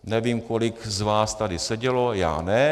Nevím, kolik z vás tady sedělo, já ne.